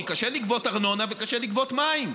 כי קשה לגבות ארנונה וקשה לגבות מים.